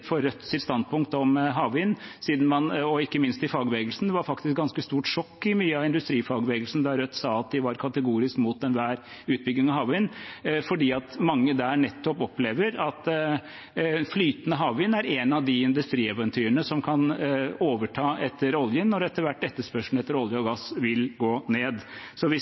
for Rødts standpunkt om havvind, ikke minst i fagbevegelsen. Det var faktisk et ganske stort sjokk i mye av industrifagbevegelsen da Rødt sa at de var kategorisk imot enhver utbygging av havvind, for mange der opplever at nettopp flytende havvind er et av de industrieventyrene som kan overta etter oljen når etterspørselen etter olje og gass etter hvert vil gå ned. Så hvis